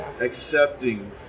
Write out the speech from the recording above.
accepting